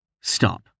Stop